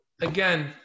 again